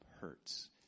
hurts